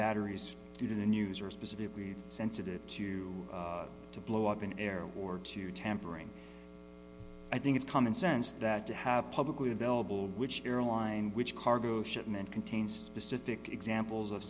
batteries due to the news are specifically sensitive to to blow up an air war to tampering i think it's common sense that to have publicly available which airline which cargo ship in and contains specific examples of